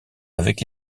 avec